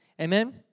Amen